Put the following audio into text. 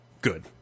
Good